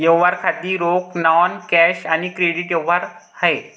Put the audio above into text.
व्यवहार खाती रोख, नॉन कॅश आणि क्रेडिट व्यवहार आहेत